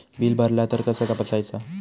Bill भरला तर कसा तपसायचा?